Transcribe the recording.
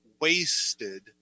wasted